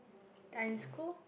are in school